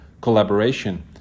collaboration